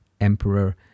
Emperor